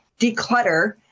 declutter